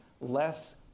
less